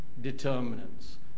determinants